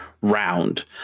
round